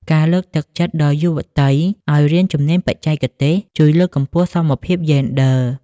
ការលើកទឹកចិត្តដល់យុវតីឱ្យរៀនជំនាញបច្ចេកទេស ជួយលើកកម្ពស់សមភាពយេនឌ័រ។